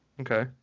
Okay